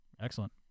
excellent